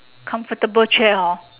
comfortable chair hor